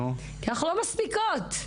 כי אנחנו לא מסמיקות.